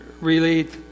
relate